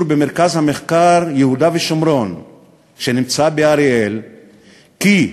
במרכז המחקר יהודה ושומרון שנמצא באריאל כי,